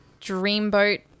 dreamboat